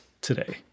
today